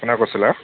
কোনে কৈছিলে